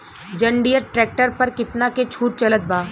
जंडियर tractor पर कितना के छूट चलत बा?